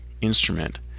instrument